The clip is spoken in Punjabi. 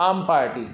ਆਮ ਪਾਰਟੀ